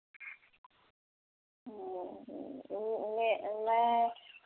मैं